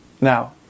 Now